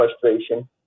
frustration